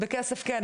בכסף כן,